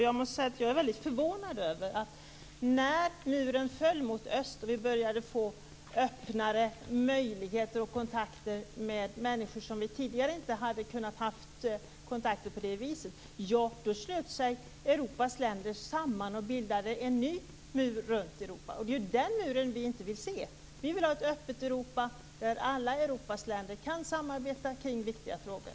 Jag blev väldigt förvånad över att när muren föll mot öst, och vi började få öppnare möjligheter och kontakter med människor som vi tidigare inte hade kunnat ha kontakter med på det viset så slöt sig Europas länder samman och bildade en ny mur runt Europa. Det är den muren som vi inte vill se. Vi vill ha ett öppet Europa där alla Europas länder kan samarbeta kring viktiga frågor.